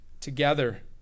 together